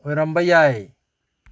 ꯑꯣꯏꯔꯝꯕ ꯌꯥꯏ